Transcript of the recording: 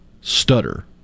stutter